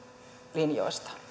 linjoista